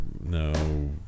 No